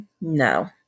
No